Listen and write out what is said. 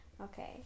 okay